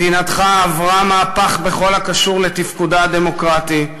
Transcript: מדינתך עברה מהפך בכל הקשור לתפקודה הדמוקרטי,